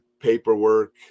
paperwork